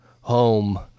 home